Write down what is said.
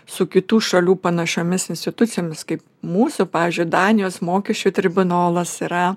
su kitų šalių panašiomis institucijomis kaip mūsų pavyzdžiui danijos mokesčių tribunolas yra